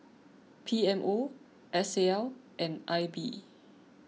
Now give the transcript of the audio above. P M O S A L and I B